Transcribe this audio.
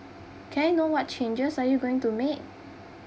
can I know what changes are you going to make